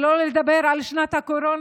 שלא לדבר על שנת הקורונה,